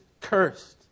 cursed